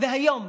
והיום,